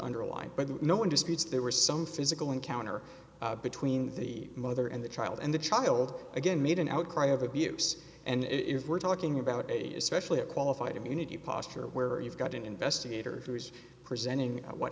underlined by the no one disputes there were some physical encounter between the mother and the child and the child again made an outcry of abuse and if we're talking about especially a qualified immunity posture where you've got an investigator who is presenting what